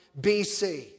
BC